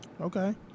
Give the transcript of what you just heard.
Okay